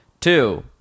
Two